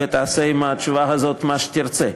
ותעשה עם התשובה הזאת מה שתרצה.